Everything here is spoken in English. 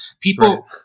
people